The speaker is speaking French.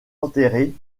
enterré